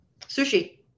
sushi